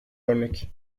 örnek